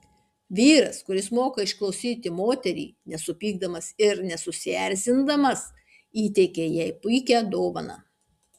vyras kuris moka išklausyti moterį nesupykdamas ir nesusierzindamas įteikia jai puikią dovaną